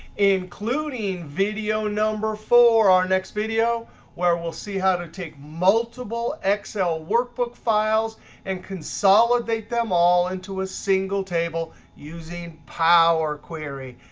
including video number four, our next video where we'll see how to take multiple excel workbook files and consolidate them all into a single table using power query.